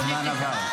הזמן עבר.